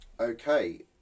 Okay